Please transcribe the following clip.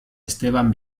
esteban